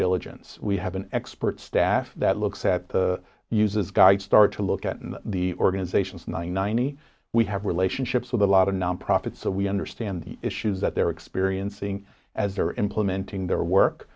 diligence we have an expert staff that looks at the user's guide start to look at in the organizations ninety we have relationships with a lot of non profits so we understand the issues that they're experiencing as they're implementing their work